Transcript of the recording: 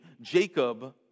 Jacob